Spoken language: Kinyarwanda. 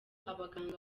abaganga